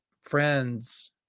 friends